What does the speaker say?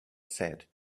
said